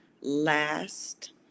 last